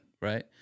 right